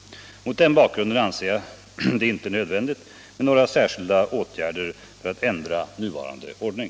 Mot den bakgrunden anser jag det inte nödvändigt med några särskilda åtgärder för att ändra nuvarande ordning.